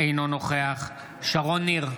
אינו נוכח שרון ניר,